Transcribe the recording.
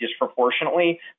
disproportionately